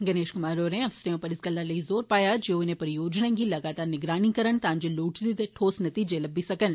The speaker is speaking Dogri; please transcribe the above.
गनेश कुमार होरे अफसरे उप्पर इस गल्ला लेई जोर पाया जे ओ इनें परियोजनाएं दी लगातार निगरानी करन तां जें लोड़चदी ते ठोस नतीजें लब्मी सकन